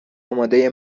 اماده